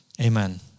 Amen